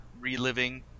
reliving